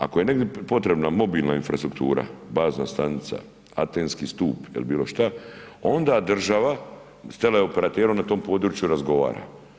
Ako je negdje potrebna mobilna infrastruktura, bazna stanica, antenski stup ili bilo šta, onda država s teleoperaterom na tom području razgovara.